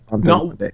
no